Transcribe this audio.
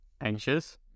Anxious